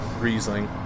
Riesling